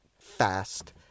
fast